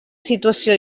situació